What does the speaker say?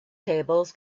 tables